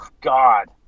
God